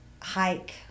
hike